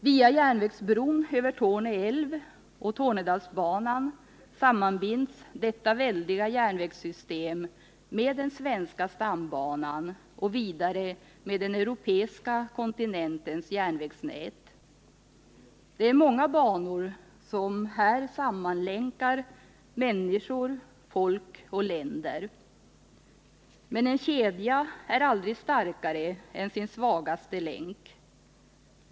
Via järnvägsbron över Torne älv och Tornedalsbanan sammanbinds detta väldiga järnvägssystem med den svenska stambanan och vidare med den europeiska kontinentens järnvägsnät. Det är många banor som här sammanlänkar folk och länder. Men en kedja är aldrig starkare än sin svagaste länk.